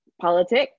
politics